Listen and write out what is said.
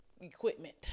equipment